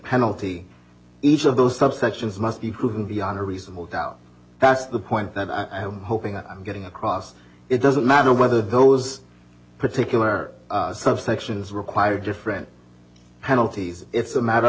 penalty each of those subsections must be proven beyond a reasonable doubt that's the point that i am hoping that i'm getting across it doesn't matter whether those particular subsections require different penalties it's a matter of